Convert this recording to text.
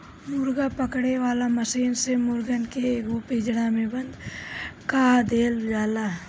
मुर्गा पकड़े वाला मशीन से मुर्गन के एगो पिंजड़ा में बंद कअ देवल जाला